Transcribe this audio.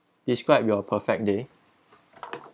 describe your perfect day